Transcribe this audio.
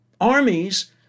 armies